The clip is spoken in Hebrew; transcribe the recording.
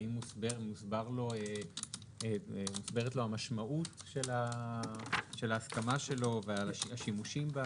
והאם מוסברת לו משמעות ההסכמה שלו והשימושים?